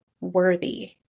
worthy